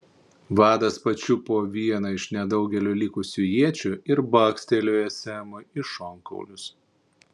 vadas pačiupo vieną iš nedaugelio likusių iečių ir bakstelėjo semui į šonkaulius